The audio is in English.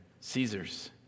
Caesar's